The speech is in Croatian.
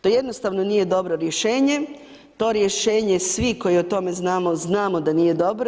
To jednostavno nije dobro rješenje, to rješenje svi koji o tome znamo, znamo da nije dobro.